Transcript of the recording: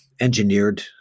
engineered